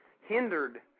hindered